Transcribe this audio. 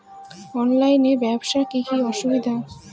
অনলাইনে ব্যবসার কি কি অসুবিধা?